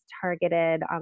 targeted